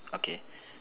okay